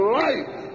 life